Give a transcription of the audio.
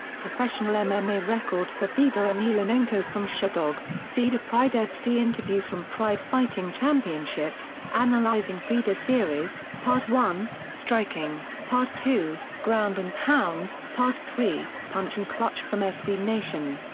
professional mma record for fedor emelianenko from sherdog fedor pride fc interviews from pride fighting championships analayzing fedor series part one striking, part two ground and pound, part three punch and clutch from sb nation.